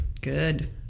Good